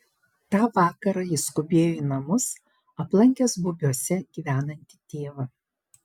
tą vakarą jis skubėjo į namus aplankęs bubiuose gyvenantį tėvą